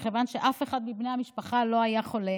מכיוון שאף אחד מבני המשפחה לא היה חולה